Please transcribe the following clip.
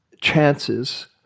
chances